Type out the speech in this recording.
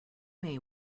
may